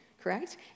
Correct